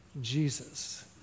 Jesus